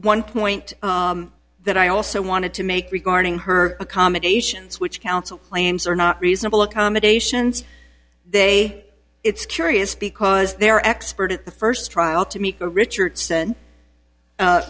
one point that i also wanted to make regarding her accommodations which council claims are not reasonable accommodations they it's curious because they're expert at the first trial to meet richardson